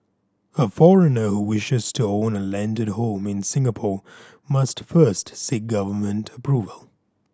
a foreigner who wishes to own a landed home in Singapore must first seek government approval